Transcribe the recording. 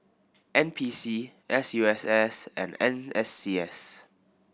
N P C S U S S and N S C S